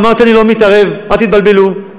אמרתי: אני לא מתערב, אל תתבלבלו.